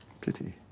Pity